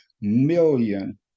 million